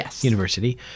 University